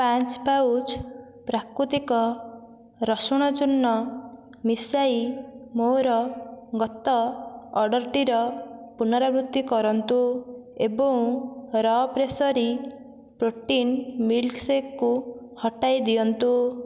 ପାଞ୍ଚ ପାଉଚ୍ ପ୍ରାକୃତିକ ରସୁଣ ଚୂର୍ଣ୍ଣ ମିଶାଇ ମୋର ଗତ ଅର୍ଡ଼ର୍ଟିର ପୁନରାବୃତ୍ତି କରନ୍ତୁ ଏବଂ ର ପ୍ରେସେରୀ ପ୍ରୋଟିନ୍ ମିଲ୍କ୍ଶେକ୍କୁ ହଟାଇ ଦିଅନ୍ତୁ